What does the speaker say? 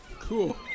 Cool